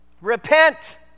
repent